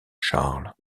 charles